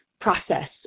process